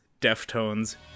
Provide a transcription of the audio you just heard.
Deftones